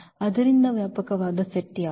ಆದ್ದರಿಂದ ವ್ಯಾಪಕವಾದ ಸೆಟ್ ಯಾವುದು